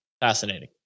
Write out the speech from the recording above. fascinating